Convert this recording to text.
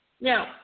Now